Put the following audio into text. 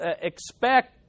expect